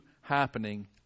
happening